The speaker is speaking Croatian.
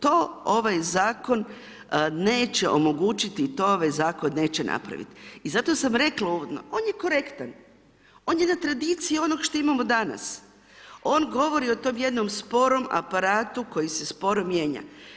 To ovaj Zakon neće omogućiti, to ovaj Zakon neće napraviti i zato sam rekla uvodno, on je korektan, on je jedna tradicija onoga što imamo danas, on govori o tom jednom sporom aparatu koji se sporo mijenja.